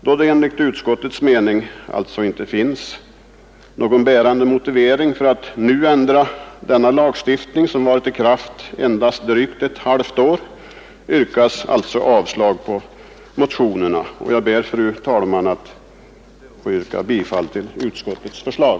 Då det enligt utskottets mening alltså inte finns någon bärande motivering för att nu ändra denna lagstiftning, som varit i kraft endast drygt ett halvt år, yrkas alltså avslag på motionerna. Jag ber, fru talman, att få yrka bifall till utskottets förslag.